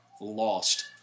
lost